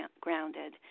grounded